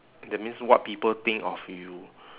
that means what people think of you